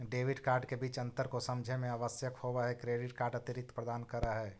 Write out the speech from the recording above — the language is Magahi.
डेबिट कार्ड के बीच अंतर को समझे मे आवश्यक होव है क्रेडिट कार्ड अतिरिक्त प्रदान कर है?